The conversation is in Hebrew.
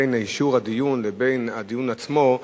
בין אישור הדיון לבין הדיון עצמו,